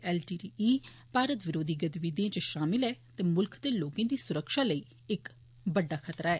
LTTE मारत विरोधी गतिविधिए इच शामल ऐ ते मुल्ख दे लोकें दी सुरक्षा लेई इक बड्डा खतरा ऐ